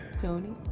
Tony